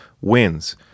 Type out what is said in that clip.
wins